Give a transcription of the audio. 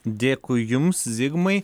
dėkui jums zigmai